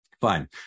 fine